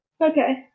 Okay